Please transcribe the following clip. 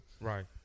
Right